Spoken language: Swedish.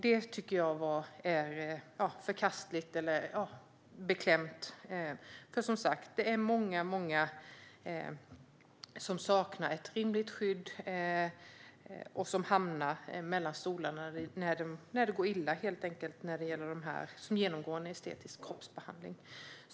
Det tycker jag är förkastligt eller beklämmande. Det är nämligen många som saknar ett rimligt skydd och som hamnar mellan stolarna när det går illa när de genomgår en estetisk kroppsbehandling.